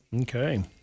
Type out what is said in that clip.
Okay